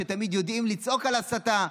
שתמיד יודעים לצעוק על הסתה,